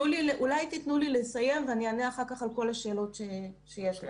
אולי תתנו לי לסיים ואני אענה אחר כך על כל השאלות שיש לכם.